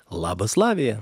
labas lavija